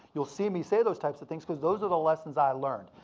you'll see me say those types of things cause those are the lessons i learned.